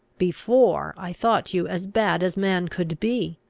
before, i thought you as bad as man could be.